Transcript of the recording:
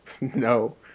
no